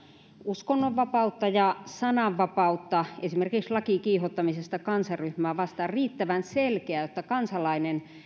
uskonnonvapautta ja sananvapautta esimerkiksi laki kiihottamisesta kansanryhmää vastaan riittävän selkeä jotta kansalainen